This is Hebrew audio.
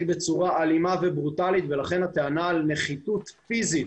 בצורה אלימה וברוטלית ולכן הטענה על נחיתות פיזית